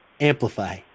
amplify